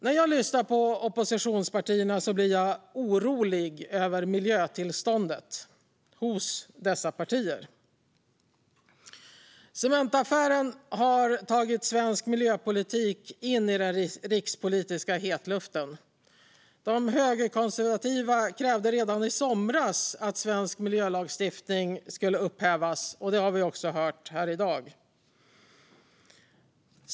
När jag lyssnar på oppositionspartierna blir jag orolig över "miljötillståndet" hos dessa partier. Cementaaffären har tagit svensk miljöpolitik in i den rikspolitiska hetluften. De högerkonservativa partierna krävde redan i somras att svensk miljölagstiftning skulle upphävas. Och det har vi också hört här i dag.